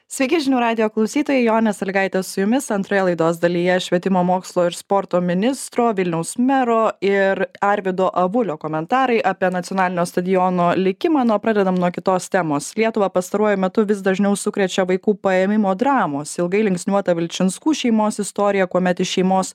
sveiki žinių radijo klausytojai jonė sąlygaitė su jumis antroje laidos dalyje švietimo mokslo ir sporto ministro vilniaus mero ir arvydo avulio komentarai apie nacionalinio stadiono likimą nu o pradedam nuo kitos temos lietuvą pastaruoju metu vis dažniau sukrečia vaikų paėmimo dramos ilgai linksniuota vilčinskų šeimos istorija kuomet iš šeimos